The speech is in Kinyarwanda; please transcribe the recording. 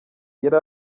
yari